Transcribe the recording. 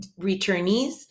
returnees